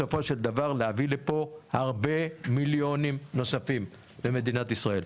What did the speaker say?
בסופו של דבר להביא לפה הרבה מיליונים נוספים למדינת ישראל.